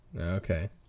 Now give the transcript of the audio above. Okay